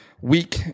week